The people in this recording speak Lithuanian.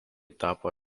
tapo